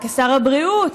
כשר הבריאות,